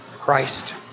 Christ